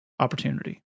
opportunity